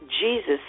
Jesus